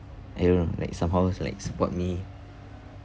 I don't know like somehow like support me